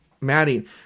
matting